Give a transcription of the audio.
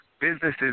businesses